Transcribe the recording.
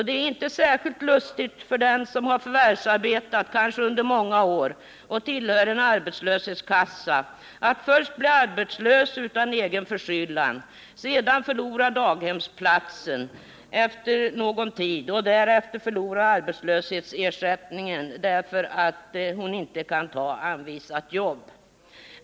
Det är inte särskilt lustigt för den som har förvärvsarbetat kanske under många år och tillhör en arbetslöshetskassa att först bli arbetslös utan egen förskyllan, sedan förlora daghemsplatsen efter någon tid och därefter förlora arbetslöshetsersättningen därför att man inte kan ta anvisat jobb.